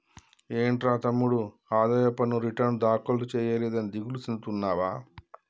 ఏంట్రా తమ్ముడు ఆదాయ పన్ను రిటర్న్ దాఖలు సేయలేదని దిగులు సెందుతున్నావా